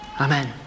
Amen